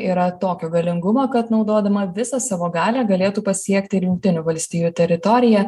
yra tokio galingumo kad naudodama visą savo galią galėtų pasiekti ir jungtinių valstijų teritoriją